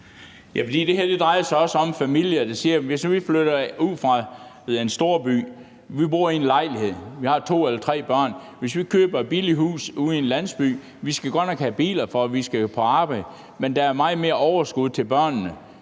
det her drejer sig også om familier, der siger, at de vil flytte ud fra en storby – de bor i en lejlighed og har to eller tre børn – og købe et billigt hus ude i en landsby. De skal godt nok have biler, for de skal jo på arbejde, men der er meget mere overskud til børnene,